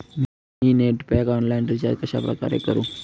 मी net pack online recharge कशाप्रकारे करु?